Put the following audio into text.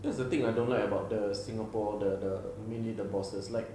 that's the thing I don't like about the singapore the the mainly the bosses like